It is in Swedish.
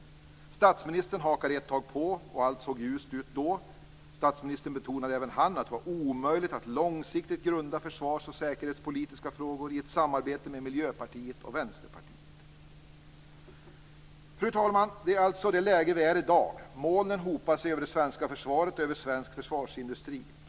Statsministern hakade ett tag på, och allt såg ljust ut då. Statsministern betonade även han att det var omöjligt att långsiktigt grunda försvars och säkerhetspolitiska frågor på ett samarbete med Miljöpartiet och Vänsterpartiet. Fru talman! Det är det läge vi befinner oss i i dag. Molnen hopar sig över det svenska försvaret och över svensk försvarsindustri.